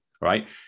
right